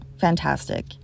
fantastic